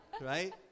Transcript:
Right